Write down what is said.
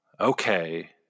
Okay